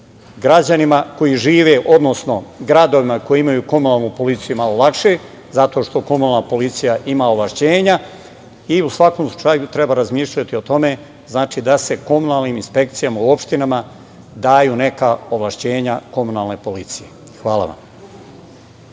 građanima koji žive tu. Gradovima koji imaju komunalnu policiju je malo lakše, zato što komunalna policija ima ovlašćenja i u svakom slučaju treba razmišljati o tome da se komunalnim inspekcijama u opštinama daju neka ovlašćenja komunalne policije. Hvala vam.